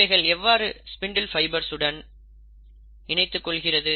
இவைகள் எவ்வாறு spindle fibres உடன் இணைத்துக் கொள்கிறது